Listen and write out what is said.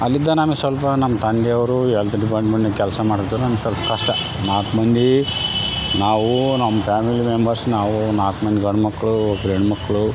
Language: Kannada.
ಅಲ್ಲಿಂದ ನಮಗೆ ಸ್ವಲ್ಪ ನಮ್ಮ ತಂದೆಯವರು ಹೆಲ್ತ್ ಡಿಪಾರ್ಟ್ಮೆಂಟ್ದಾಗೆ ಕೆಲಸ ಮಾಡ್ತೀವಿ ನಮ್ಮ ಕೈಲಿ ಕಷ್ಟ ನಾಲ್ಕು ಮಂದಿ ನಾವು ನಮ್ಮ ಫ್ಯಾಮಿಲಿ ಮೆಂಬರ್ಸ್ ನಾವು ನಾಲ್ಕು ಮಂದಿ ಗಂಡು ಮಕ್ಳು ಒಬ್ರು ಹೆಣ್ಮಕ್ಳು